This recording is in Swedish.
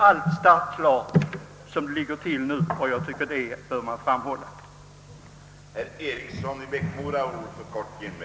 I år däremot är allt igångsatt redan nu.